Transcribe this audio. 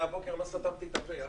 מהבוקר לא סתמתי את הפה.